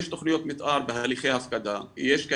יש תכניות מתאר בהליכי הפקדה,